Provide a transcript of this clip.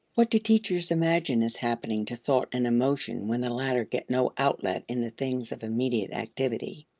what do teachers imagine is happening to thought and emotion when the latter get no outlet in the things of immediate activity?